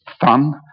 fun